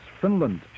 Finland